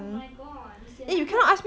oh my god 你写那个